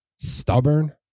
stubborn